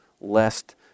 lest